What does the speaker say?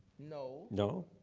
no. no?